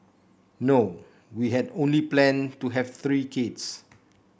no we had only planned to have three kids